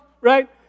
right